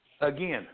Again